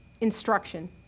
instruction